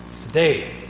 Today